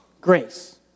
Grace